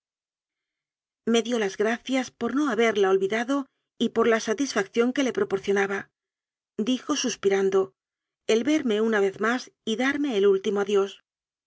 me dió las gracias por no haberla olvidado y por la satisfacción que le proporcionabadijo sus pirandoel verme una vez más y darme el últi mo adiós